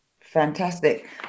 Fantastic